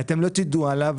אתם לא תדעו עליו,